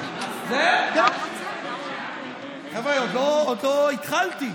חבר'ה, עוד לא התחלתי.